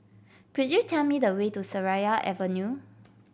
could you tell me the way to Seraya Avenue